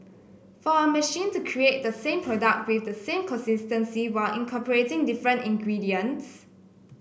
for a machine to create the same product with the same consistency while incorporating different ingredients